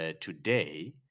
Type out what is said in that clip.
today